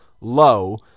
low